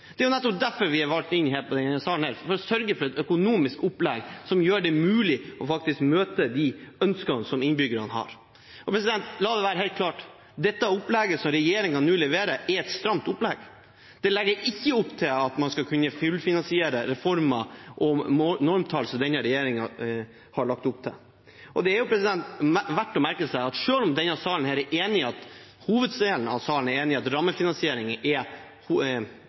Det er nettopp derfor vi er valgt inn i denne salen – for å sørge for et økonomisk opplegg som gjør det mulig å møte ønskene som innbyggerne har. La det være helt klart: Opplegget som regjeringen nå leverer, er et stramt opplegg. Det legger ikke opp til at man skal kunne fullfinansiere reformer og normtall som denne regjeringen har lagt opp til. Det er verdt å merke seg at selv om flertallet i salen er enig om at rammefinansiering er hovedvirkemiddelet for finansieringen av kommunesektoren, er det ikke sånn at